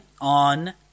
on